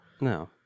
No